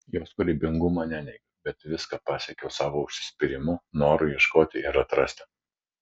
jos kūrybingumo neneigiu bet viską pasiekiau savo užsispyrimu noru ieškoti ir atrasti